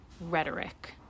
rhetoric